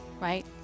right